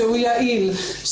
שהוא יעיל,